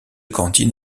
cantine